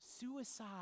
suicide